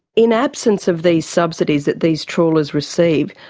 in absence of these subsidies that these trawlers receive,